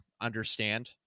understand